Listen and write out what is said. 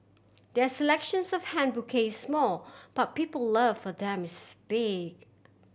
their selections of hand bouquets is small but people love for them is big